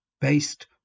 based